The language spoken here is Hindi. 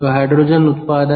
तो हाइड्रोजन उत्पादन